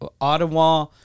Ottawa